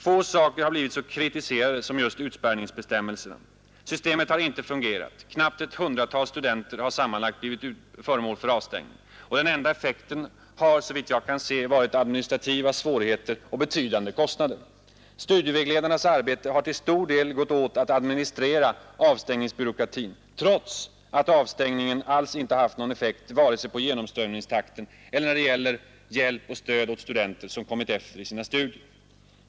Få saker har blivit så kritiserade som just utspärrningsbestämmelserna. Systemet har inte fungerat — knappt ett hundratal studenter har sammanlagt blivit föremål för avstängning — och den enda effekten har, såvitt jag kan se, varit administrativa svårigheter och betydande kostnader. Studievägledarnas arbete har till stor del gått åt att administrera avstängningsbyråkratin — trots att avstängningen alls inte haft någon effekt vare sig på genomströmningstakten eller när det gäller hjälp och stöd åt studenter som kommit efter i sina studier.